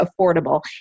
affordable